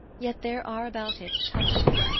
yet there are about it touches,